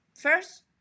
first